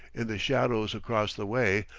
in the shadows across the way,